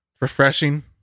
Refreshing